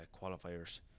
qualifiers